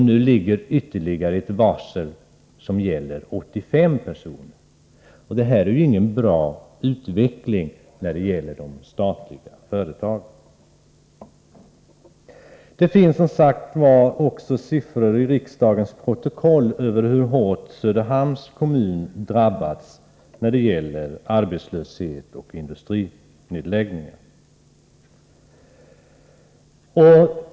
Nu ligger ytterligare ett varsel som gäller 85 personer. Detta är ingen bra utveckling när det gäller de statliga företagen. Det finns som sagt också siffror i riksdagens protokoll över hur hårt Söderhamns kommun drabbats när det gäller arbetslöshet och industrinedläggningar.